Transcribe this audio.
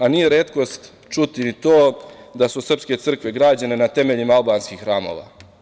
Nije retkost čuti i to da su srpske crkve građene na temeljima albanskih hramova.